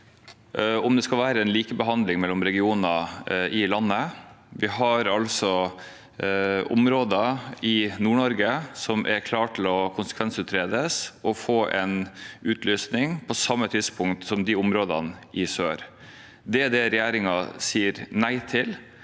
det skal være en likebehandling mellom regioner i landet. Vi har områder i Nord-Norge som er klar til å konsekvensutredes og få en utlysning på samme tidspunkt som områdene i sør. Det er det regjeringen sier nei til.